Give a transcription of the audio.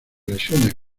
lesiones